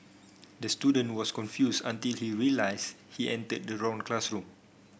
the student was confused until he realised he entered the wrong classroom